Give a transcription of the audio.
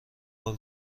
بار